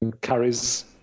carries